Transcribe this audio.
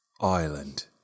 Island